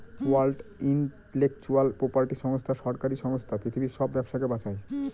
world intellectual property সংস্থা সরকারি সংস্থা পৃথিবীর সব ব্যবসাকে বাঁচায়